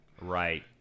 Right